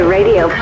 Radio